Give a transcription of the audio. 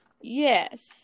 yes